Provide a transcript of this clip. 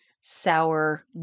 sour